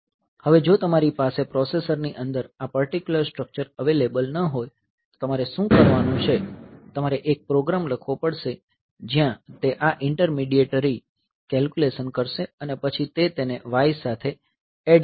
હવે જો તમારી પાસે પ્રોસેસરની અંદર આ પર્ટીક્યુલર સ્ટ્રકચર અવેલેબલ ન હોય તો તમારે શું કરવાનું છે તમારે એક પ્રોગ્રામ લખવો પડશે જ્યાં તે આ ઇન્ટરમીડીએટરી કેલ્ક્યુલેશન કરશે અને પછી તે તેને y સાથે એડ કરશે